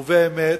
ובאמת,